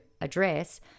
address